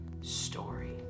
story